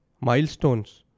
milestones